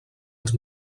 els